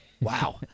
Wow